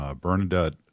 Bernadette